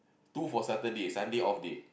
two for Saturday Sunday off day